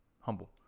humble